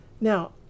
Now